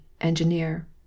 engineer